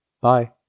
Bye